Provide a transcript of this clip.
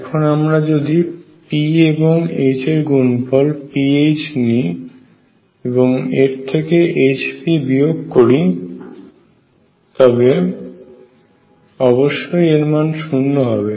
এখন আমরা যদি p এবং H এর গুণফল pH নি এবং এর থেকে Hp বিয়োগ করি তবে অবশ্যই এর মান শূন্য হবে